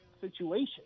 situation